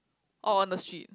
or on the street